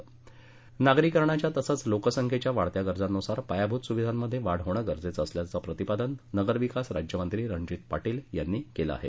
मंबई परिषदविवेकगौरी नागरिकरणाच्या तसंच लोकसंख्येच्या वाढत्या गरजांनुसार पायाभूत सुविधांमधेसुद्धा वाढ होणं गरजेचं असल्याचं प्रतिपादन नगरविकास राज्यमंत्री रणजित पाटील यांनी केलं आहे